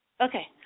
Okay